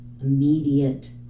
immediate